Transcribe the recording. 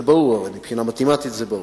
הרי זה ברור, מבחינה מתמטית זה ברור.